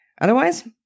Otherwise